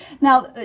Now